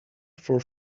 for